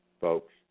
folks